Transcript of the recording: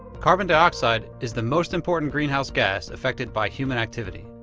carbon dioxide is the most important greenhouse gas affected by human activity.